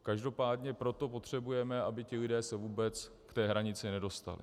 Každopádně proto potřebujeme, aby ti lidé se vůbec k té hranici nedostali.